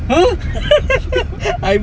!huh!